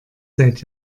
seit